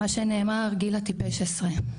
מה שנאמר, גיל הטיפש עשרה.